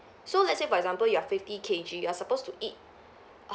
so let's say for example you are fifty K_G you're supposed to eat